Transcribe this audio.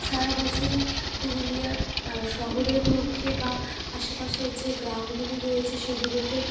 সারা বছরই পুরুলিয়ার শহরের মধ্যে বা আশেপাশের যে গ্রামগুলি রয়েছে সেগুলিতে